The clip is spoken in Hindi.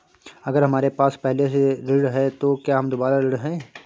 अगर हमारे पास पहले से ऋण है तो क्या हम दोबारा ऋण हैं?